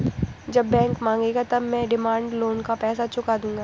जब बैंक मांगेगा तभी मैं डिमांड लोन का पैसा चुका दूंगा